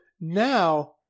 now